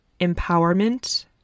empowerment